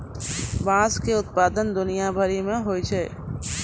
बाँस के उत्पादन दुनिया भरि मे होय छै